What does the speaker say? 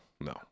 no